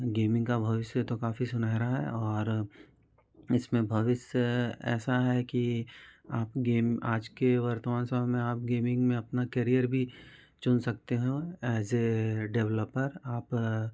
gaming का भविष्य तो काफ़ी सुनेहरा है और इस में भविस्य ऐसा है कि आप गेम आज के वर्तमान समय में आप गेमिंग में अपना कैरियर भी चुन सकते हैं ऐज़ ए डेवलपर आप